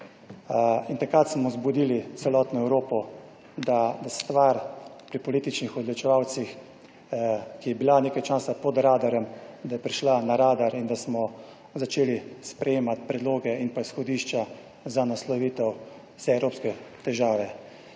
In takrat smo zbudili celotno Evropo, da stvar pri političnih odločevalcih, ki je bila nekaj časa pod radarjem, da je prišla na radar in da smo začeli sprejemati predloge in pa izhodišča za naslovitev vse evropske težave.